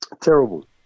terrible